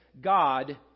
God